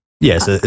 Yes